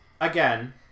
again